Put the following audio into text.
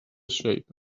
shape